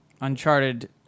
Uncharted